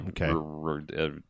okay